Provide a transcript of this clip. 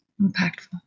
Impactful